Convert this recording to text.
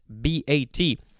B-A-T